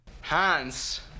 Hans